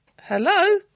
Hello